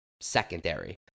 secondary